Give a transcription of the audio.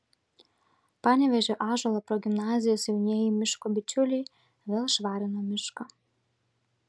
panevėžio ąžuolo progimnazijos jaunieji miško bičiuliai vėl švarino mišką